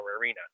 arena